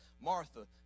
Martha